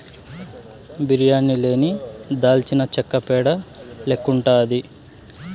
బిర్యానీ లేని దాల్చినచెక్క పేడ లెక్కుండాది